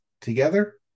Together